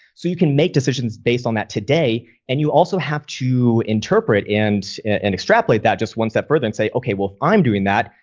so you can make decisions based on that today. and you also have to interpret and and extrapolate that just one step further and say, okay, well, i'm doing that.